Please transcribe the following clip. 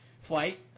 Flight